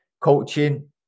coaching